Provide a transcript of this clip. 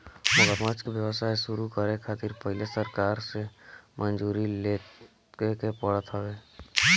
मगरमच्छ के व्यवसाय शुरू करे खातिर पहिले सरकार से मंजूरी लेवे के पड़त हवे